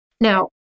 Now